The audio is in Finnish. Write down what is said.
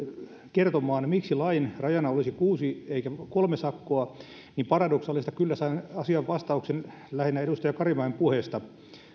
kertomaan miksi lain rajana olisi kuusi eikä kolme sakkoa niin paradoksaalista kyllä sain asiaan vastauksen lähinnä edustaja karimäen puheesta